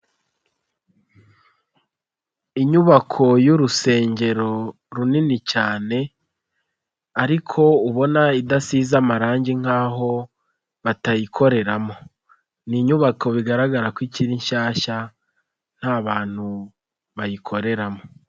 Inyubako y'urusengero runini cyane ariko ubona idasize amarangi nk'aho batayikoreramo, ni inyubako bigaragara ko iki nshyashya nta bantu bayikoreramo.